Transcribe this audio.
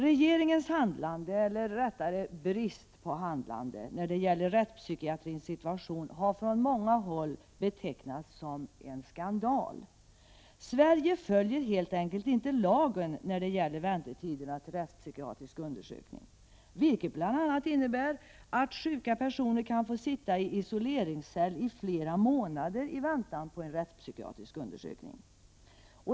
Regeringens handlande -— eller rättare sagt brist på handlande — beträffande rättspsykiatrins situation har på många håll betecknats som en skandal. I Sverige följs helt enkelt inte lagen när det gäller väntetiderna för rättspsykiatrisk undersökning, vilket bl.a. innebär att sjuka personer kan få sitta i isoleringscell i flera månader i väntan på en rättspsykiatrisk undersökning.